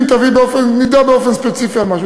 אם נדע באופן ספציפי על משהו,